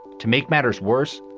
to make matters worse,